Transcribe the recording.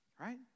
Right